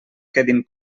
quedin